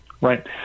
Right